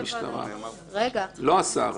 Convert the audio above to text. --- לא השר.